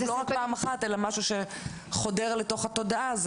לא רק פעם אחת אלא משהו שחודר לתוך התודעה.